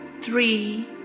three